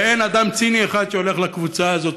ואין אדם ציני אחד שהולך לקבוצה הזאת,